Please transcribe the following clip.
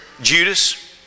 Judas